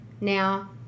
now